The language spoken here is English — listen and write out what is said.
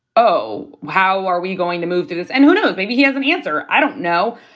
oh, how are we going to move through this? and who knows? maybe he has an answer. i don't know.